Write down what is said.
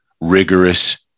rigorous